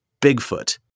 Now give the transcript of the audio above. Bigfoot